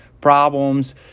problems